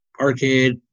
arcade